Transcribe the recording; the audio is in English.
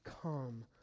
come